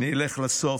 אני אלך לסוף,